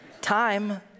time